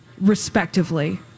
respectively